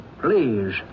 Please